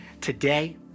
Today